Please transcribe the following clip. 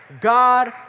God